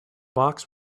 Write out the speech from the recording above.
box